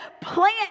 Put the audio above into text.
plant